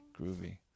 groovy